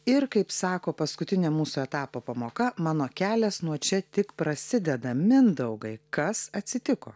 ir kaip sako paskutinė mūsų etapo pamoka mano kelias nuo čia tik prasideda mindaugai kas atsitiko